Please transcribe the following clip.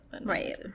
Right